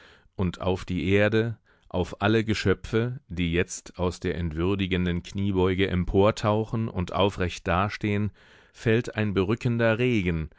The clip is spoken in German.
und auf die erde auf alle geschöpfe die jetzt aus der entwürdigenden kniebeuge emportauchen und aufrecht dastehen fällt ein berückender regen